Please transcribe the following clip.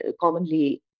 commonly